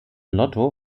lotto